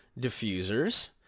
diffusers